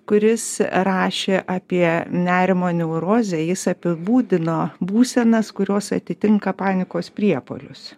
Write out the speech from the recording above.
kuris rašė apie nerimo neurozę jis apibūdino būsenas kurios atitinka panikos priepuolius